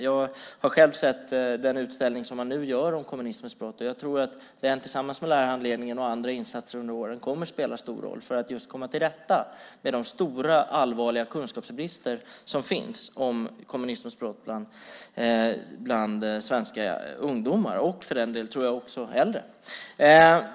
Jag har själv sett den utställning man nu har om kommunismens brott, och jag tror att den tillsammans med lärarhandledningen och andra insatser under åren kommer att spela stor roll för att komma till rätta med de stora och allvarliga kunskapsbrister som finns bland svenska ungdomar och också äldre när det gäller kommunismens brott.